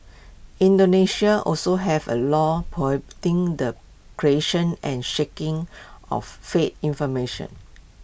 Indonesia also has A law prohibiting the creation and shaking of fake information